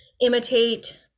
imitate